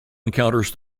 encounters